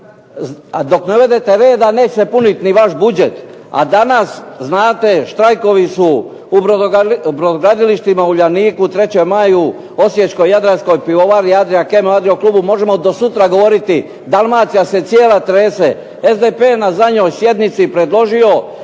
a dok ne uvedete reda neće se puniti ni vaš budžet, a danas znate štrajkovi su u brodogradilištima "Uljaniku", "3. maju", osječko-jadranskoj pivovari …/Govornik se ne razumije./…, možemo do sutra govoriti. Dalmacija se cijela trese. SDP je na zadnjoj sjednici predložio